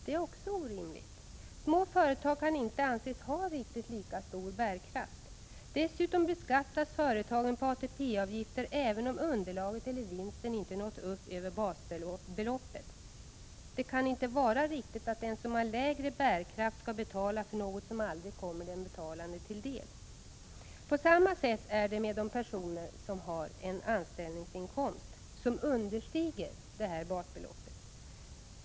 Detta är orimligt. Små företag kan inte anses ha riktigt lika stor bärkraft. Dessutom beskattas företagen på ATP-avgifter även om underlaget eller vinsten inte nått upp över basbeloppet. Det kan inte vara riktigt att den som har lägre bärkraft skall betala för något som aldrig kommer den betalande till del. På samma sätt är det med de personer som har en anställningsinkomst som understiger basbeloppet.